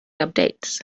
updates